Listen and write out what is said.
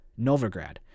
Novigrad